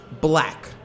black